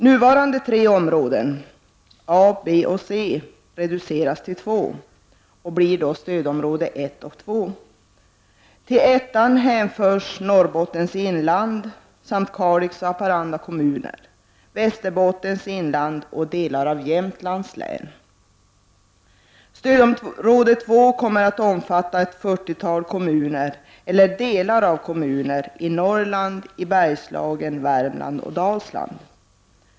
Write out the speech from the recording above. Nuvarande tre områden - A, B och C - reduceras till två och blir då stödområde 1 och 2. Till stödområde 1 hänförs Norrbottens inland samt Kalix och Haparanda kommuner, Västerbottens inland och delar av Jämtlands län. Stödområde 2 kommer att omfatta ett fyrtiotal kommuner eller delar av kommuner i Norrland, Bergslagen, Värmland och Dalsland.